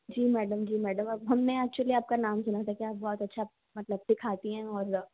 जी madam जी madam हमने actually आपका नाम सुना था कि आप बहुत अच्छा मतलब सिखाती हैं और